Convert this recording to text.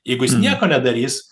jeigu jis nieko nedarys